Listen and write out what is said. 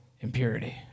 impurity